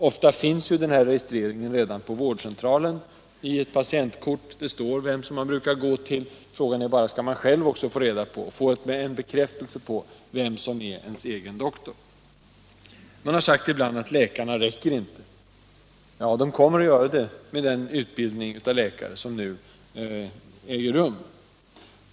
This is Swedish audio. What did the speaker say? Ofta finns ju den här registreringen redan på vårdcentralen i ett patientkort. Det står vem man brukar gå till. Frågan är bara om man själv också kan få en bekräftelse på vem som är ens egen doktor. Man har ibland sagt att läkarna inte räcker till. De kommer att göra det med den utbildning av läkare som nu äger rum.